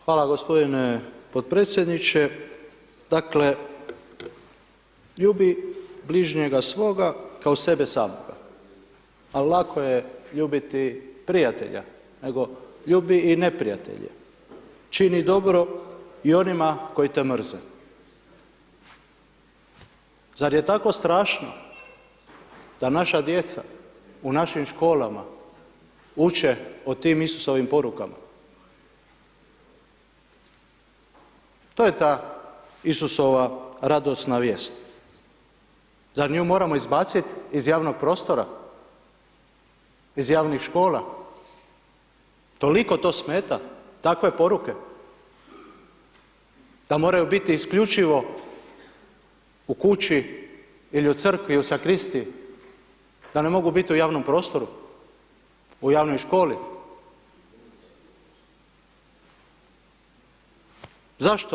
Hvala gospodine podpredsjedniče, dakle ljubi bližnjega svoga kao sebe samoga, a lako je ljubiti prijatelja nego ljubi i neprijatelje, čini dobro i onima koji te mrze, zar je tako strašno da naša djeca u našim školama uče o tim Isusovim porukama, to je ta Isusova radosna vijest, zar nju moramo izbacit iz javnog prostora, iz javnih škola, toliko to smeta, takve poruke, da moraju biti isključivo u kući ili u crkvi, u sakristiji, da ne mogu biti u javnom prostoru, u javnoj školi.